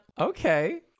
Okay